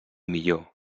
millor